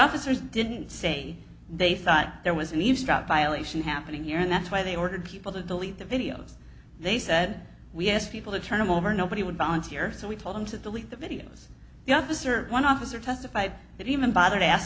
officers didn't say they thought there was an eavesdropper violation happening here and that's why they ordered people to delete the videos they said we asked people to turn him over nobody would volunteer so we told him to delete the videos the officer one officer testified that even bother to ask